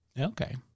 Okay